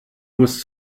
musst